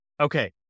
okay